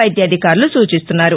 వైద్యాధికారులు సూచిస్తున్నారు